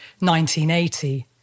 1980